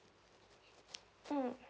mm